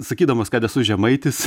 sakydamas kad esu žemaitis